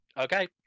okay